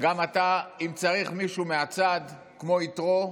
גם אתה אם צריך מישהו מהצד כמו יתרו,